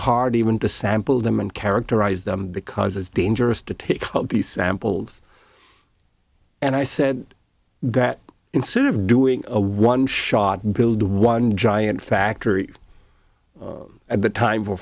hard even to sample them and characterize them because it's dangerous to take these samples and i said that ensued of doing a one shot build one giant factory at the time for